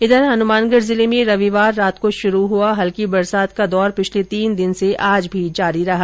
इधर हनुमानगढ़ जिले में रविवार रात को शुरू हुआ हल्की बरसात का दौर पिछले तीन दिन से आज भी जारी रहा